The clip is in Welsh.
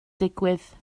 digwydd